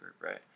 right